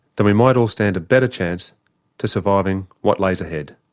then we might all stand a better chance to surviving what lays ahead.